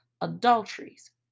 adulteries